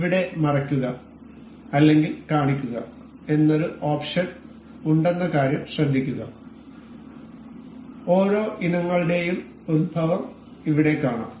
ഇവിടെ മറയ്ക്കുക അല്ലെങ്കിൽ കാണിക്കുക എന്നൊരു ഓപ്ഷൻ ഉണ്ടെന്ന കാര്യം ശ്രദ്ധിക്കുക ഓരോ ഇനങ്ങളുടെയും ഉത്ഭവം ഇവിടെ കാണാം